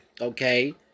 Okay